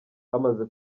hamaze